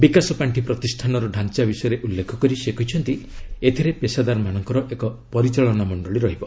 ବିକାଶ ପାଣ୍ଠି ପ୍ରତିଷ୍ଠାନର ଢାଞ୍ଚା ବିଷୟରେ ଉଲ୍ଲେଖ କରି ସେ କହିଛନ୍ତି ଏଥିରେ ପେସାଦାରମାନଙ୍କର ଏକ ପରିଚାଳନା ମଣ୍ଡଳୀ ରହିବ